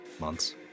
months